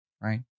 right